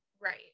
Right